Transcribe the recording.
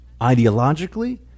ideologically